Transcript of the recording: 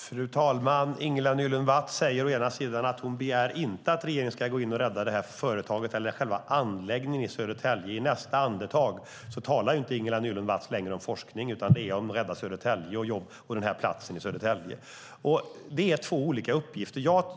Fru talman! Ingela Nylund Watz säger å ena sidan att hon inte begär att regeringen ska gå in och rädda företaget eller själva anläggningen i Södertälje. I nästa andetag talar Ingela Nylund Watz inte längre om forskning utan om att rädda Södertälje, jobb och platsen i Södertälje. Det är två olika uppgifter.